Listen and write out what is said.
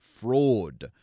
fraud